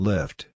Lift